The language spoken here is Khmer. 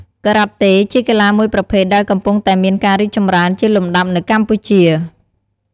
ការ៉ាតេ ជាកីឡាមួយប្រភេទដែលកំពុងតែមានការរីកចម្រើនជាលំដាប់នៅកម្ពុជា។